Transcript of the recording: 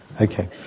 Okay